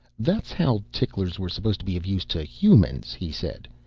that's how ticklers were supposed to be of use to humans, he said.